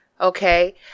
okay